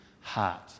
heart